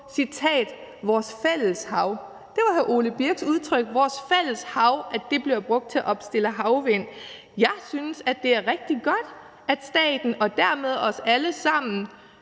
på »vores fælles hav«. Det var hr. Ole Birk Olesens udtryk, at vores fælles hav bliver brugt til at opstille havvind på. Jeg synes, at det er rigtig godt, at staten, og dermed os alle sammen,